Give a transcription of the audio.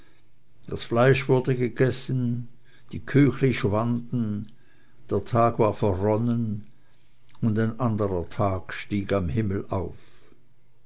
das fleisch ward gegessen die küchli schwanden der tag war verronnen und ein anderer tag stieg am himmel auf